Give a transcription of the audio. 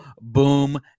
boom